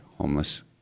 homeless